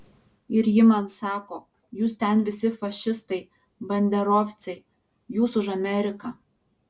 ir ji man sako jūs ten visi fašistai banderovcai jūs už ameriką